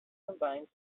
combines